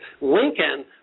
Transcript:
Lincoln